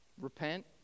repent